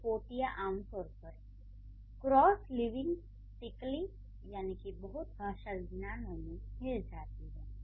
ये कोटियाँ आमतौर पर क्रॉसलिंग्विस्टिकली बहु भाषा विज्ञानों में मिल जाती हैं